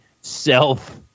self